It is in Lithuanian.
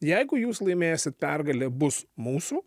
jeigu jūs laimėsit pergalė bus mūsų